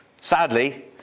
Sadly